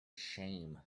shame